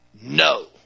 No